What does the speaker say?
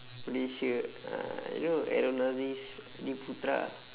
malaysia ah you know aaron aziz adi putra